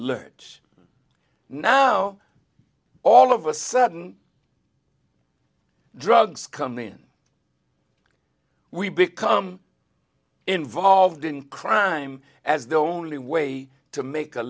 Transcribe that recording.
lurch now all of a sudden drugs come in we become involved in crime as the only way to make a